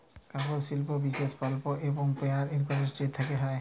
কাগজ শিল্প বিশেষ পাল্প এল্ড পেপার ইলডাসটিরি থ্যাকে হ্যয়